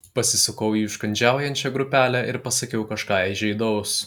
pasisukau į užkandžiaujančią grupelę ir pasakiau kažką įžeidaus